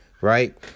right